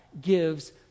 gives